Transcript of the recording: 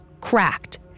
cracked